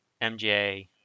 MJ